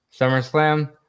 SummerSlam